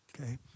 okay